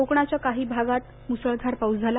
कोकणाच्या अनेक भागातही मुसळधार पाऊस झाला